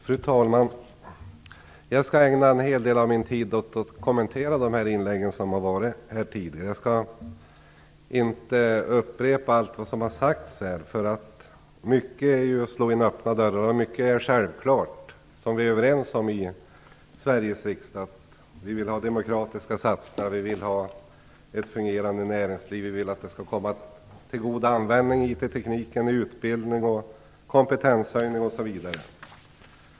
Fru talman! Jag skall ägna en hel del av min tid åt att kommentera de inlägg som har gjorts tidigare. Jag skall inte upprepa allt som har sagts. Det handlar till stor del om att slå in öppna dörrar. Mycket är självklart. Vi är överens i Sveriges riksdag om att vi vill ha demokratiska satsningar, ett fungerande näringsliv och att IT skall komma till god användning när det gäller utbildning, kompetenshöjning osv.